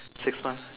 six month